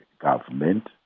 government